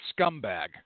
scumbag